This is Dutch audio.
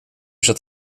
zat